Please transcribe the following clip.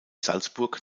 salzburg